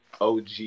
OG